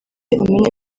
amenye